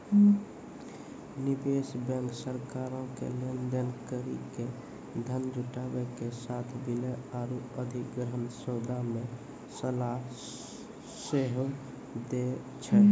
निवेश बैंक सरकारो के लेन देन करि के धन जुटाबै के साथे विलय आरु अधिग्रहण सौदा मे सलाह सेहो दै छै